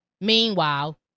Meanwhile